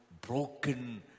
broken